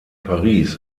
paris